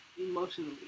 Emotionally